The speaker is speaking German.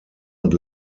und